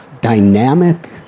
dynamic